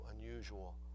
unusual